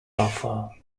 buffer